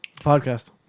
Podcast